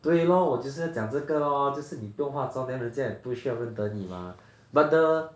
对 lor 我就是在讲这个 lor 就是你不用化妆 then 人家也不需要认得你 mah but the